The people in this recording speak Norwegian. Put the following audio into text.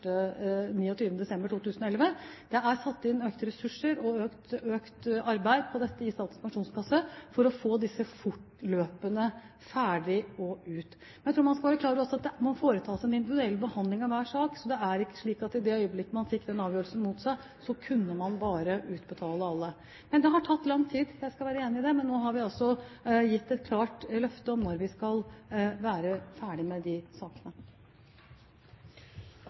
desember 2011. Det er satt inn økte ressurser og økt arbeid i forbindelse med dette i Statens pensjonskasse, for å få disse fortløpende ferdig og ut. Jeg tror også man skal være klar over at man foretar en individuell behandling av hver sak, så det er ikke slik at i det øyeblikket man fikk den avgjørelsen mot seg, så kunne man bare utbetale til alle. Det har imidlertid tatt lang tid, jeg skal være enig i det, men nå har vi altså gitt et klart løfte om når vi skal være ferdig med de sakene.